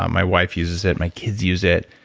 um my wife uses it, my kids use it,